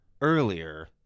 earlier